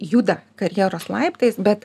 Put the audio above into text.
juda karjeros laiptais bet